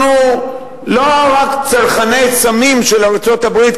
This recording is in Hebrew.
אנחנו לא רק צרכני סמים של ארצות-הברית,